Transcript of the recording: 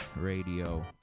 Radio